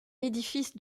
édifice